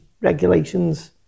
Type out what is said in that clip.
regulations